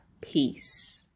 peace